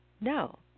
No